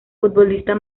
futbolista